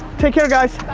take care, guys.